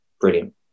brilliant